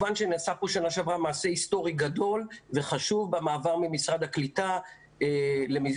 בשנה שעברה נעשה מעשה היסטורי גדול וחשוב במעבר ממשרד הקליטה למל"ג.